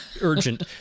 urgent